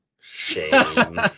shame